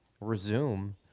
resume